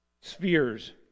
spheres